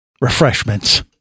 refreshments